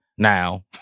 Now